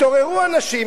התעוררו אנשים,